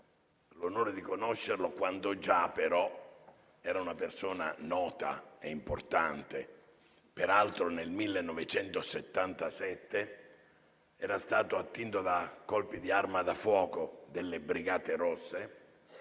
l'onore di conoscerlo quando già era una persona nota e importante. Peraltro nel 1977 era stato attinto da colpi di arma da fuoco delle Brigate rosse,